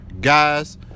Guys